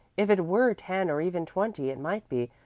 if it were ten or even twenty it might be,